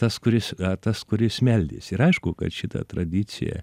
tas kuris tas kuris meldėsi ir aišku kad šita tradicija